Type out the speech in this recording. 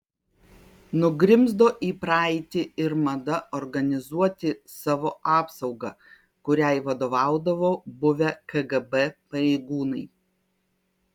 nugrimzdo į praeitį ir mada organizuoti savo apsaugą kuriai vadovaudavo buvę kgb pareigūnai